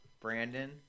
Brandon